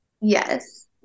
Yes